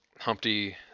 Humpty